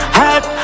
hot